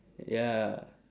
ya